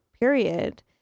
period